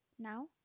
Now